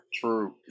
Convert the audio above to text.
True